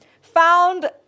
found